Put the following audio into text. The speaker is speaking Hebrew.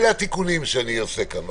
אלה התיקונים שאני עושה כאן.